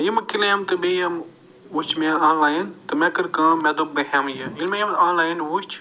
یِمہٕ کِلیمہٕ تِم بیٚیہِ یِم وُچھِ مےٚ آن لایَن تہٕ مےٚ کٔر کٲم مےٚ دوٚپ بہٕ ہٮ۪مہٕ یہِ ییٚلہِ مےٚ یِم آن لایَن وُچھ